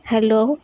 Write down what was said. hello